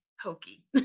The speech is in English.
hokey